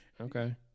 okay